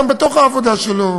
גם בתוך העבודה שלו,